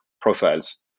profiles